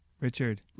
Richard